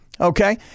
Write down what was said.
Okay